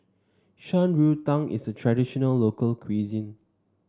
Shan Rui Tang is a traditional local cuisine